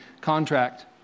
contract